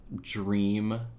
dream